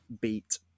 beat